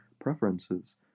preferences